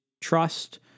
trust